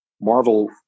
Marvel